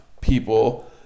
people –